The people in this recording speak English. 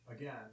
again